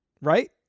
Right